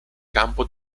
campo